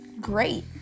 great